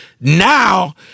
now